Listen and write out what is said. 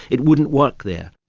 it wouldn't work there.